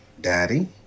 daddy